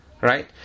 right